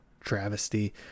travesty